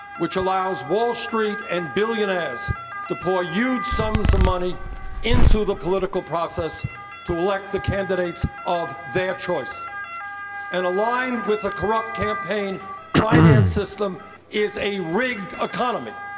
which allows wall street and billionaires to pour huge sums of money into the political process to elect the candidates of their choice. sanders and aligned with a corrupt campaign finance system is a rigged economy.